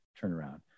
turnaround